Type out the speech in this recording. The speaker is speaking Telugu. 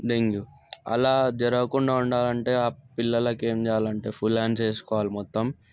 డెంగ్యూ అలా జరగకుండా ఉండాలి అంటే ఆ పిల్లలకి ఏం చేయాలంటే ఫుల్ హాండ్స్ వేసుకోవాలి మొత్తం